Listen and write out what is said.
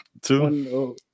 Two